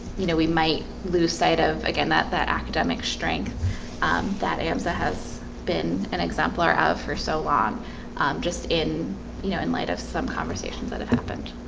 you know, we might lose sight of again that that academic strengths um that amsa has been an exemplar of for so long just in you know in light of some conversations that have happened